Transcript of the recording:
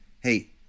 Hey